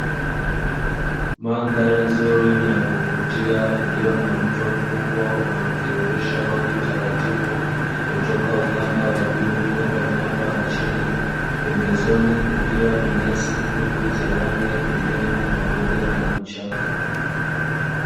Mandhari nzuri na ya kuvutia ilio na mto mkubwa unaotiririsha maji taratibu kutoka ukanda wa juu kwenda ukanda wa chini, pembezoni kukiwa na nyasi fupi za rangi ya kijani pamoja na vichaka.